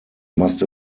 must